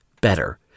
better